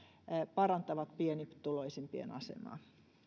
parantavat pienituloisimpien asemaa